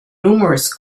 numerous